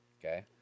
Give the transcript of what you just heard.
Okay